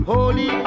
Holy